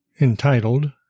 entitled